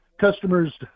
customers